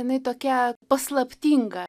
jinai tokia paslaptinga